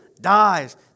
dies